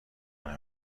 کنه